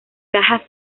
caja